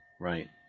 Right